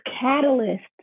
catalyst